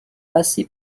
passer